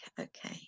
okay